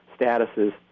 statuses